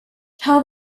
tell